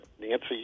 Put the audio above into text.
Nancy